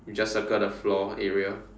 you just circle the floor area